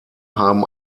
haben